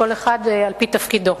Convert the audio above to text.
כל אחד על-פי תפקידו.